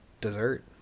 dessert